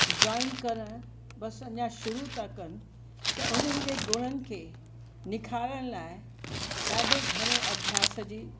drawing करणु बस अञा शुरू था कनि त उन्हनि जे गुणनि के निखारण लाइ ॾाढे घणे अभ्यास जी